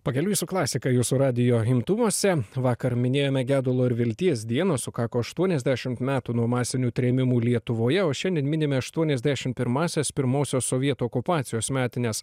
pakeliui su klasika jūsų radijo imtuvuose vakar minėjome gedulo ir vilties dieną sukako aštuoniasdešimt metų nuo masinių trėmimų lietuvoje o šiandien minime aštuoniasdešim pirmąsias pirmosios sovietų okupacijos metines